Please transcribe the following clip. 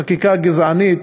חקיקה גזענית,